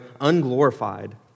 unglorified